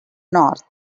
north